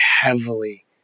heavily